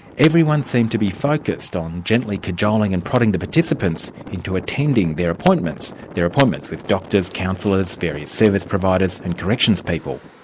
everyone seemed to be focused on gently cajoling and prodding the participants into attending their appointments their appointments with doctors, counsellors, various service providers and corrections people.